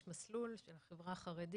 יש מסלול של החברה החרדית,